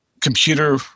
computer